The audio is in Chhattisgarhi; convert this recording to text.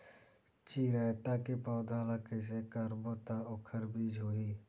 चिरैता के पौधा ल कइसे करबो त ओखर बीज होई?